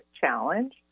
challenge